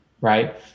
right